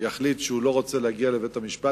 יחליט שהוא לא רוצה להגיע לבית-המשפט,